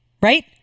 right